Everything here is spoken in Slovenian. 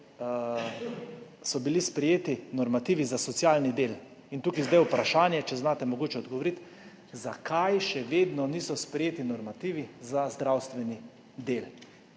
so bili sprejeti normativi za socialni del. Tukaj je zdaj vprašanje, če mogoče znate odgovoriti, zakaj še vedno niso sprejeti normativi za zdravstveni del.